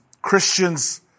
Christians